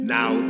Now